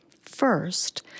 First